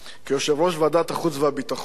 כיושב-ראש ועדת החוץ והביטחון,